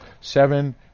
Seven